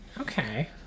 Okay